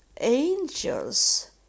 angels